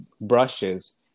brushes